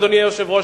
אדוני היושב-ראש,